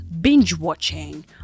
binge-watching